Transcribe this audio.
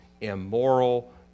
immoral